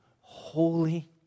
holy